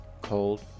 cold